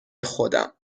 خودم